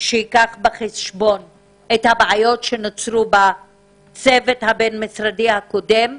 שייקח בחשבון את הבעיות שנוצרו בצוות הבין-משרדי הקודם,